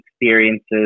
experiences